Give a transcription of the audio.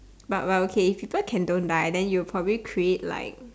but but okay if people can don't die then you'll probably create like